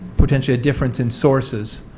potential difference in sources,